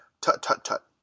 Tut-tut-tut